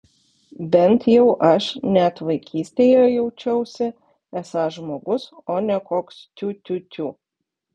bent jau aš net vaikystėje jaučiausi esąs žmogus o ne koks tiu tiu tiu